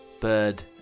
bird